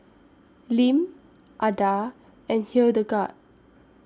Lim Adah and Hildegarde